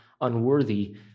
unworthy